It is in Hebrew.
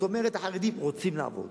זאת אומרת, החרדים רוצים לעבוד.